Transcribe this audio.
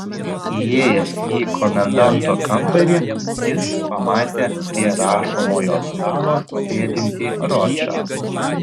įėjęs į komendanto kambarį jis pamatė prie rašomojo stalo sėdintį ročą